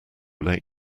late